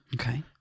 Okay